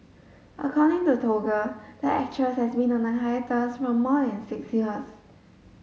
according to Toggle the actress has been on a hiatus for more than six years